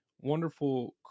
wonderful